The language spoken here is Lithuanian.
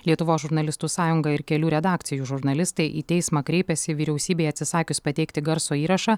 lietuvos žurnalistų sąjunga ir kelių redakcijų žurnalistai į teismą kreipėsi vyriausybei atsisakius pateikti garso įrašą